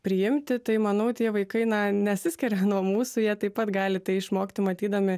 priimti tai manau tie vaikai na nesiskiria nuo mūsų jie taip pat galit tai išmokti matydami